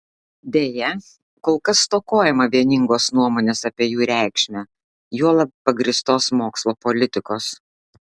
deja kol kas stokojama vieningos nuomonės apie jų reikšmę juolab pagrįstos mokslo politikos